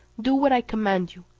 do what i command you,